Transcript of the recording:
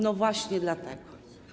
No właśnie dlatego.